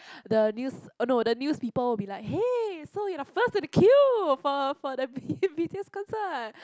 the news no the news people will be like hey so you're first in the queue for for for the B BTS concert